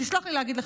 תסלח לי שאגיד לך,